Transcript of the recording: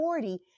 40